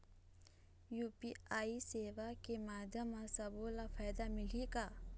UPI सेवा के माध्यम म सब्बो ला फायदा मिलही का?